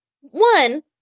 One